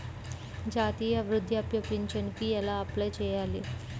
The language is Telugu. జాతీయ వృద్ధాప్య పింఛనుకి ఎలా అప్లై చేయాలి?